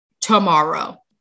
tomorrow